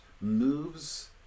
moves